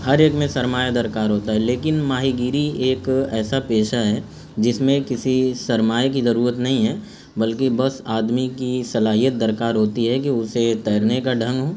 ہر ایک میں سرمایہ درکار ہوتا ہے لیکن ماہی گیری ایک ایسا پیشہ ہے جس میں کسی سرمایہ کی ضرورت نہیں ہے بلکہ بس آدمی کی صلاحیت درکار ہوتی ہے کہ اسے تیرنے کا ڈھنگ ہو